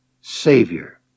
Savior